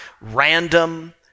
random